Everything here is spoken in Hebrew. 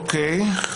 אוקיי.